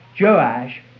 Joash